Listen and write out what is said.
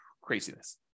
Craziness